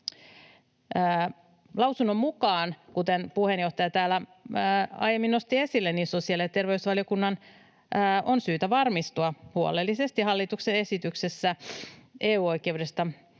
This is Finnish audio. Lausunnon mukaan, kuten puheenjohtaja täällä aiemmin nosti esille, sosiaali- ja terveysvaliokunnan on syytä varmistua huolellisesti hallituksen esityksessä EU-oikeudesta